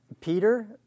Peter